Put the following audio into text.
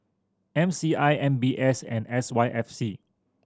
M C I M B S and S Y F C